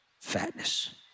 fatness